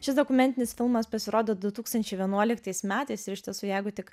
šis dokumentinis filmas pasirodė du tūkstančiai vienuoliktais metais ir iš tiesų jeigu tik